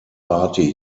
party